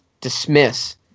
dismiss